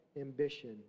ambition